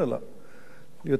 יותר מ-11,300.